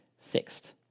fixed